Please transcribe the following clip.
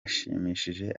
ashimishije